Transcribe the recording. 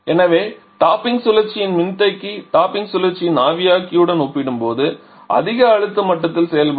எனவே டாப்பிங் சுழற்சியின் மின்தேக்கி டாப்பிங் சுழற்சியின் ஆவியாக்கியுடன் ஒப்பிடும்போது அதிக அழுத்த மட்டத்தில் செயல்படும்